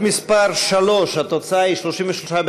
מסעוד